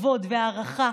כבוד והערכה,